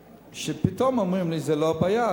פתאום אומרים לי שזאת לא הבעיה,